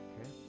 Okay